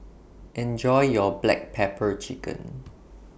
Enjoy your Black Pepper Chicken